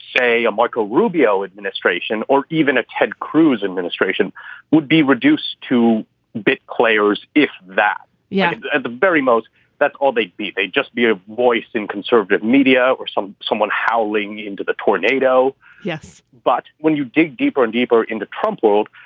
say, a marco rubio administration or even a ted cruz administration would be reduced to big clair's if that. yeah. at the very most that's all they'd be. they'd just be a voice in conservative media or some someone howling into the tornado. yes. but when you dig deeper and deeper into trump world,